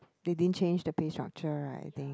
they didn't change the play structure right I think